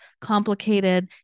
complicated